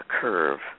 curve